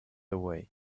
away